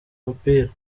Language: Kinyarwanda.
umupira